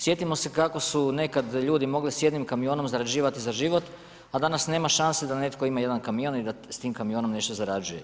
Sjetimo se kako su nekad ljudi mogli s jednim kamionom zarađivati za život, a danas nema šanse da netko ima jedan kamion i da s tim kamionom nešto zarađuje.